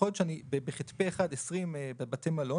יכול להיות שב-ח"פ אחד יש 20 בתי מלון